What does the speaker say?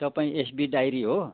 तपाईँ SB diary हो